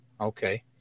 okay